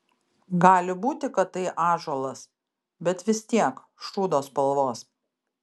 gali būti kad tai ąžuolas bet vis tiek šūdo spalvos